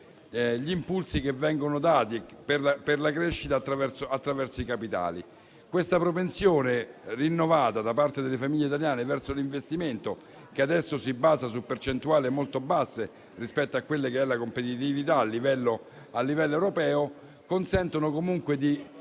gli impulsi che vengono dati per la crescita attraverso i capitali. Questa propensione rinnovata da parte delle famiglie italiane verso l'investimento che adesso si basa su percentuali molto basse rispetto alla competitività a livello europeo consente comunque di